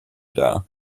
dar